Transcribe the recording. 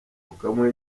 ukamuha